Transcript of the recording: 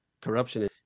corruption